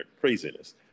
craziness